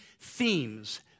themes